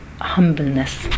humbleness